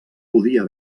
podia